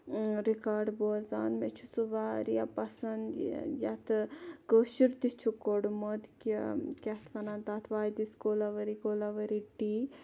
رِکاڈٕ بوزان مےٚ چھُ سُہ واریاہ پَسَنٛد یَتھ کٲشُر تہِ چھُکھ کوٚڑمُت کہِ کیاہ اَتھ وَنان تَتھ why this kolaveri kolaveri D